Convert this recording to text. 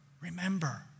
remember